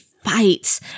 fights